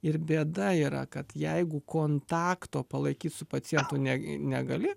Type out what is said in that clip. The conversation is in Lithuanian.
ir bėda yra kad jeigu kontakto palaikyt su pacientu ne negali